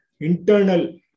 internal